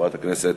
חברת הכנסת